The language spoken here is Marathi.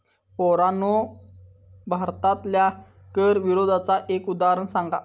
पोरांनो भारतातल्या कर विरोधाचा एक उदाहरण सांगा